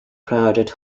crowded